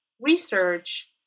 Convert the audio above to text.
research